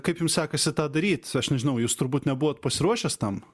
kaip jums sekasi tą daryt aš nežinau jūs turbūt nebuvot pasiruošęs tam